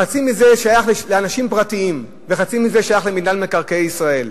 חצי מזה שייך לאנשים פרטיים וחצי מזה שייך למינהל מקרקעי ישראל.